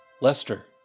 Lester